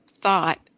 thought